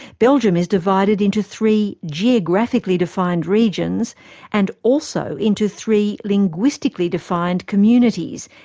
belgium is divided into three geographically defined regions and also into three linguistically defined communities,